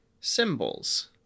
symbols